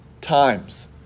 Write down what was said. times